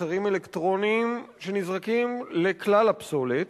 מוצרים אלקטרוניים שנזרקים לכלל הפסולת.